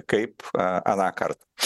kaip anąkart